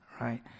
Right